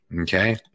okay